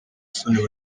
soni